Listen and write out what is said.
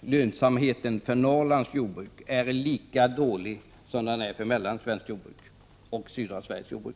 lönsamheten är lika dålig för Norrlands jordbruk som den är för mellersta och södra Sveriges jordbruk.